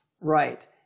Right